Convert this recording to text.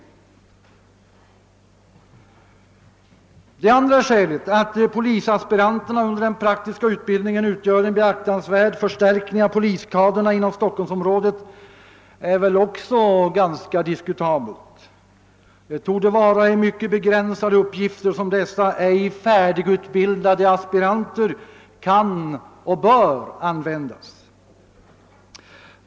Ytterligare ett skäl som utskottet anför är att polisaspiranterna under den praktiska utbildningen utgör en beaktansvärd förstärkning av poliskadern inom Stockholmsområdet. Också det skälet är väl ganska diskutabelt. Det torde vara i mycket begränsade uppgif ter som dessa ej färdigutbildade aspiranter kan och bör användas.